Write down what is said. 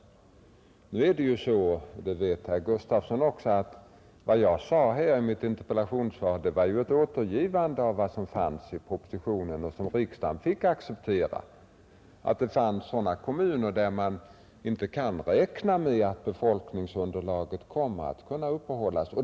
Nu är det ju så, det vet herr Gustavsson också, att vad jag sade här i mitt interpellationssvar var ett återgivande av vad som anförts i propositionen och som riksdagen fick acceptera, nämligen att det finns sådana kommuner där man inte kan räkna med att befolkningsunderlaget kommer att kunna upprätthållas.